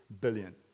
billion